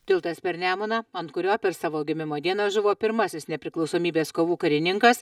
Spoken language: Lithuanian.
tiltas per nemuną ant kurio per savo gimimo dieną žuvo pirmasis nepriklausomybės kovų karininkas